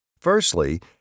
Firstly